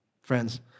Friends